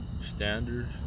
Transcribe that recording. standard